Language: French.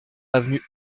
avenue